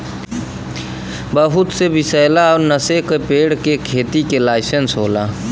बहुत सी विसैला अउर नसे का पेड़ के खेती के लाइसेंस होला